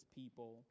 people